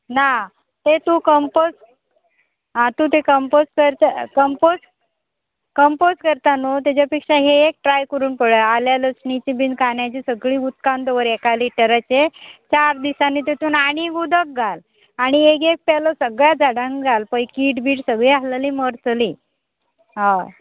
ना ते तूं कंपोज आ तूं तें कंपोज करता कंपोज कंपोज करता न्हू तेज्या पेक्षा हें एक ट्राय करून पळय आल्या लक्षणीची बीन कान्याची सगळीं उदकान दवर एका लिटराचे चार दिसांनी तेतून आनी उदक घाल आनी एक एक पेलो सगळ्या झाडांक घाल पळय किट बीट सगळीं आहलेली मरतली हय